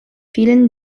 vielen